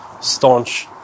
staunch